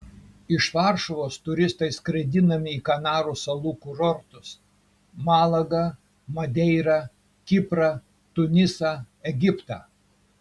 iš varšuvos turistai skraidinami į kanarų salų kurortus malagą madeirą kiprą tunisą egiptą